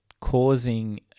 causing